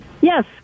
Yes